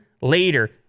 later